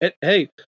hey